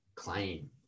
Claim